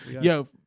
Yo